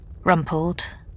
Rumpled